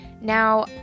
Now